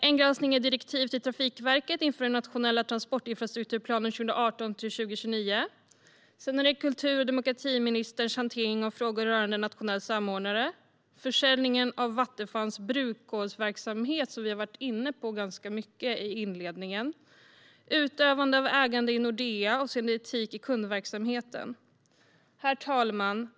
Granskningarna gäller direktiv till Trafikverket inför den nationella transportinfrastrukturplanen 2018-2029, kultur och demokratiministerns hantering av frågor rörande en nationell samordnare, försäljningen av Vattenfalls brunkolsverksamhet, som vi har varit inne på ganska mycket i inledningen, samt utövande av ägande i Nordea avseende etik i kundverksamheten. Herr talman!